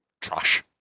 trash